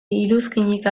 iruzkinik